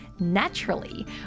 naturally